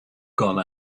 gone